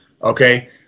Okay